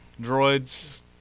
Droids